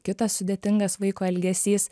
kitas sudėtingas vaiko elgesys